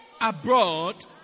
abroad